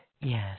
Yes